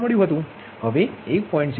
હવે 1